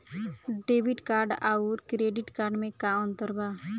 Debit card आउर credit card मे का अंतर बा?